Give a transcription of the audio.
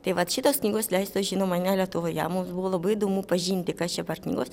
tai vat šitos knygos leistos žinoma ne lietuvoje mums buvo labai įdomu pažinti kas čia per knygos